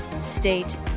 state